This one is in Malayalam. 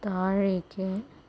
താഴേയ്ക്ക്